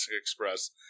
Express